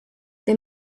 they